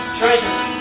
treasures